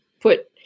put